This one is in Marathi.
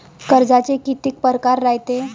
कर्जाचे कितीक परकार रायते?